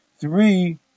three